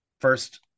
First